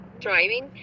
driving